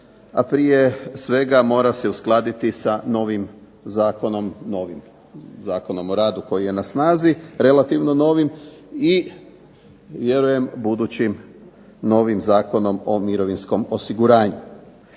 a prije svega mora se uskladiti sa novim zakonom, novim Zakonom o radu koji je na snazi, relativno novim. I vjerujem budućim novim Zakonom o mirovinskom osiguranju.